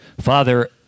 father